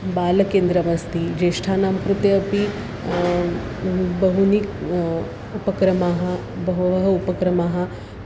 बालकेन्द्रमस्ति ज्येष्ठानां कृते अपि बहूनि उपक्रमाः बहवः उपक्रमान्